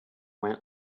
went